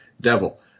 devil